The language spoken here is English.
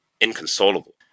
inconsolable